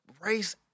race